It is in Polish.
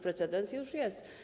Precedens już jest.